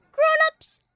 grown-ups,